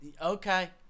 Okay